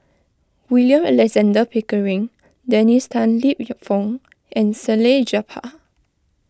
William Alexander Pickering Dennis Tan Lip your Fong and Salleh Japar